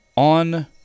On